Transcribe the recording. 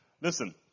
Listen